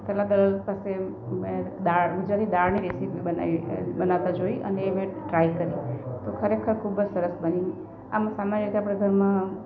તરલા દલાલ પાસે મેં દાળ ગુજરાતી દાળની રેસીપી બનાવી બનાવતા જોઈ અને એ મેં ટ્રાય કરી તો ખરેખર ખૂબ જ સરસ બની આમ સમય રેતા આપડા ઘરમાં